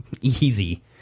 easy